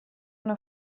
una